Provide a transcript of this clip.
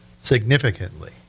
significantly